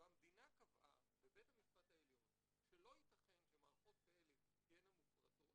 המדינה קבעה בבית המשפט העליון שלא ייתכן שמערכות כאלה תהיינה מופרטות